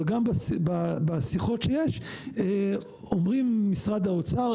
אבל גם בשיחות שיש אומרים ממשרד האוצר,